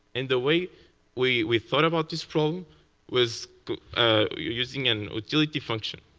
and the way we we thought about this problem was using an agility function.